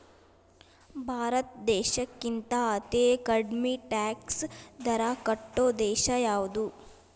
ಭಾರತ್ ದೇಶಕ್ಕಿಂತಾ ಅತೇ ಕಡ್ಮಿ ಟ್ಯಾಕ್ಸ್ ದರಾ ಕಟ್ಟೊ ದೇಶಾ ಯಾವ್ದು?